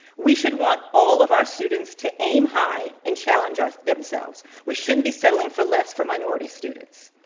we should want all of our students to aim high and challenge our themselves. we shouldn't be settling for less for minority students.